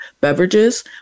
beverages